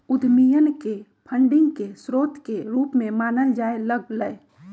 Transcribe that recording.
उद्यमियन के फंडिंग के स्रोत के रूप में मानल जाय लग लय